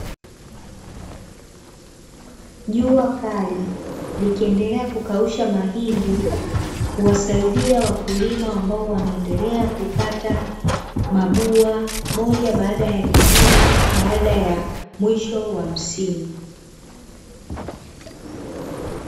Jua kali likiendelea kukausha mahindi kuwasaidia wakulima, ambao wanaoendelea kukata mabua moja baada ya lingine baada ya mwisho wa msimu.